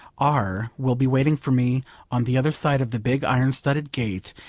r will be waiting for me on the other side of the big iron-studded gate,